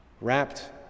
wrapped